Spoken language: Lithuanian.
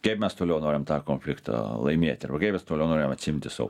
kiek mes toliau norim tą konfliktą laimėti arba kiek mes toliau norim atsiimti savo